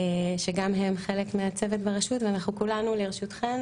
שגם הם חלק מהצוות ברשות ואנחנו כולנו לרשותכן